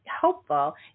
helpful